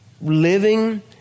living